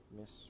miss